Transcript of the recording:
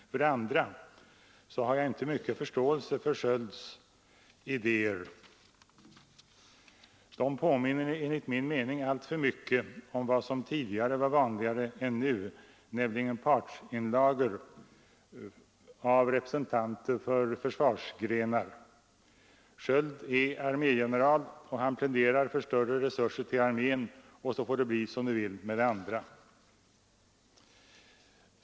För det andra har jag inte mycken förståelse för Skölds idéer. De påminner enligt min mening alltför mycket om vad som förr var vanligare än nu, nämligen partsinlagor av representanter för försvarsgrenar. Sköld är armégeneral och han pläderar för större resurser till armén, sedan får det bli som det vill med det andra.